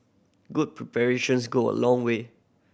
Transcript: good preparations go a long way